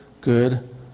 good